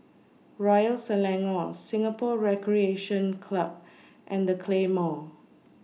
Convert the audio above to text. Royal Selangor Singapore Recreation Club and The Claymore